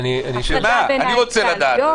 אני רוצה לדעת.